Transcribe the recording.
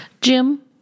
Jim